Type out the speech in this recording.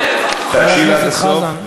אל תאבד, תקשיב עד הסוף.